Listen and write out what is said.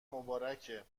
مبارکه